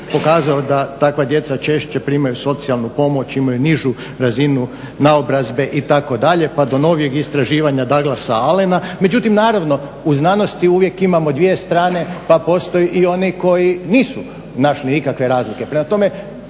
pokazao da takva djeca češće primaju socijalnu pomoć, imaju nižu razinu naobrazbe itd. pa do novijeg istraživanja Douglasa Allena. Međutim naravno, u znanosti uvijek imamo dvije strane pa postoje oni koji nisu našli nikakve razlike.